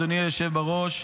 אדוני היושב בראש,